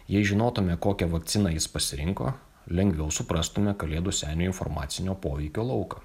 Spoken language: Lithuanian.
jei žinotume kokią vakciną jis pasirinko lengviau suprastume kalėdų senio informacinio poveikio lauką